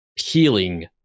healing